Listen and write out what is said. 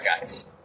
guys